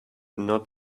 not